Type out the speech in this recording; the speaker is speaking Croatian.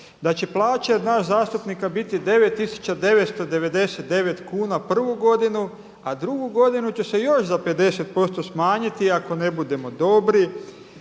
da će plaće nas zastupnika biti 9 tisuće 999 kuna prvu godinu, a drugu godinu će se još za 50% smanjiti ako ne budemo dobri.